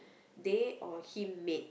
they or him made